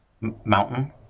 mountain